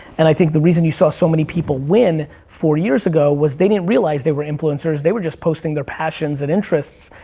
and i think the reason you saw so many people win four years ago was they didn't realize they were influencers, they were just posting their passions and interests,